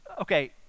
okay